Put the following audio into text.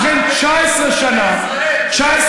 ובכן, 19 שנה, אתה טועה.